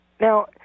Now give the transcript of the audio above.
Now